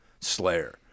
Slayer